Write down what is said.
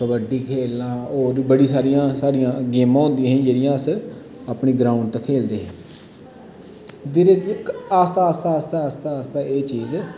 कब्डी खेलना होर बी बड़ियां सारियां गेमां होंदियां हां जेह्ड़ियां अस अपने ग्राउंड पर खेलदे हे फिर आस्ता आस्ता आस्ता एह् चीज़